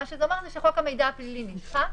מה שזה אומר זה שחוק המידע הפלילי נדחה,